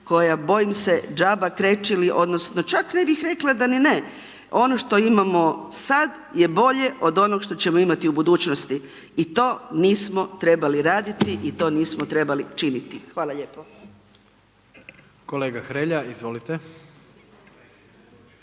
koja bojim se džaba krečili, odnosno, čak ne bih rekla da ni ne, ono što imamo sada je bolje od onoga što ćemo imati u budućnosti i to nismo trebali raditi i to nismo trebali činiti. Hvala lijepo. **Jandroković,